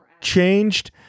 changed